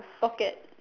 pocket